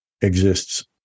exists